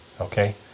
Okay